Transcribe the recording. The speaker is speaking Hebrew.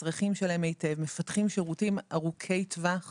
את הצרכים שלהם ומפתחים שירותים ארוכי טווח